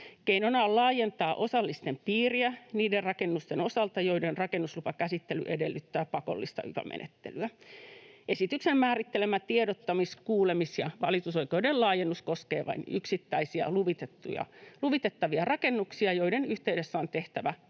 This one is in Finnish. Keinona on laajentaa osallisten piiriä niiden rakennusten osalta, joiden rakennuslupakäsittely edellyttää pakollista yva-menettelyä. Esityksen määrittelemä tiedottamis-, kuulemis- ja valitusoikeuden laajennus koskee vain yksittäisiä luvitettavia rakennuksia, joiden yhteydessä on tehtävä